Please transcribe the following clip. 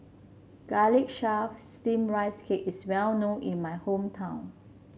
Garlic Chives Steamed Rice Cake is well known in my hometown